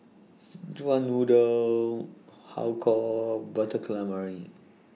Szechuan Noodle Har Kow Butter Calamari